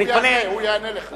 אני פונה, הוא יענה, הוא יענה לך.